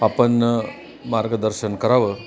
आपण मार्गदर्शन करावं